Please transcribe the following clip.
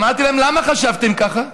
אמרתי להם: למה חשבתם ככה?